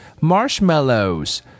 marshmallows